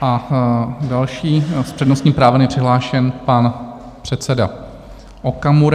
A další s přednostním právem je přihlášen pan předseda Okamura.